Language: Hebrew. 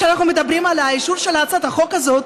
כשאנחנו מדברים על האישור של הצעת החוק הזאת,